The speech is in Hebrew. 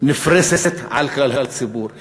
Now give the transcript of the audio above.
נפרסת על כלל הציבור,